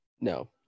no